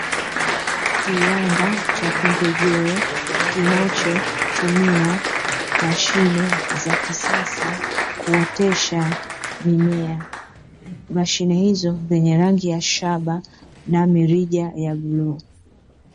Kiwanda cha pembejeo kinachotumia mashine za kisasa kuotesha mimea, mashine hizo zenye rangi ya shaba na mirija ya bluu.